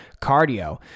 cardio